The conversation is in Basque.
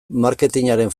marketingaren